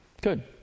good